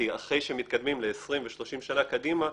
כי אחרי שמתקדמים ל-20 ו-30 שנים קדימה,